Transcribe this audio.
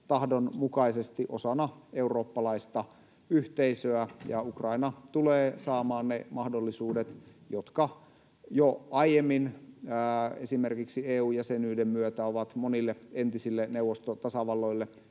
tahdon mukaisesti osana eurooppalaista yhteisöä, ja Ukraina tulee saamaan ne mahdollisuudet, jotka jo aiemmin esimerkiksi EU-jäsenyyden myötä ovat monille entisille neuvostotasavalloille